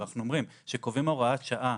אבל אנחנו אומרים שכאשר קובעים הוראת שעה